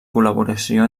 col·laboració